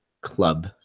club